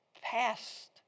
past